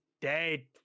dead